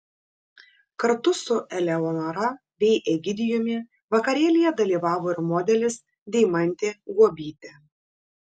kartu su eleonora bei egidijumi vakarėlyje dalyvavo ir modelis deimantė guobytė